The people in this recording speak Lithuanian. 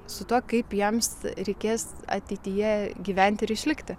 su tuo kaip jiems reikės ateityje gyventi ir išlikti